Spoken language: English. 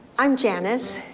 i'm janice.